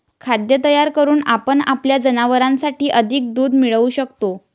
खाद्य तयार करून आपण आपल्या जनावरांसाठी अधिक दूध मिळवू शकतो